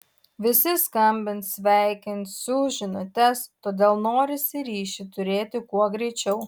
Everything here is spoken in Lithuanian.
visi skambins sveikins siųs žinutes todėl norisi ryšį turėti kuo greičiau